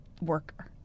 worker